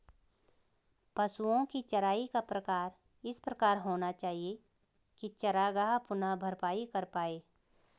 पशुओ की चराई का प्रकार इस प्रकार होना चाहिए की चरागाह पुनः भरपाई कर पाए